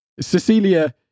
Cecilia